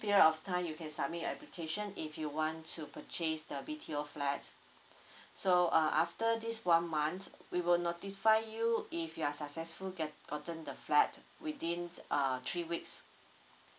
period of time you can submit your application if you want to purchase the B_T_O flat so uh after this one month we will notify you if you're successful get gotten the flat within uh three weeks